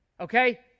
okay